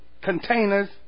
containers